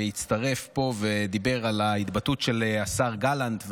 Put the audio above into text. שהצטרף פה ודיבר על ההתבטאות של השר גלנט.